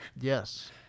yes